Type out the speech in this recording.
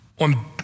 on